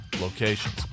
locations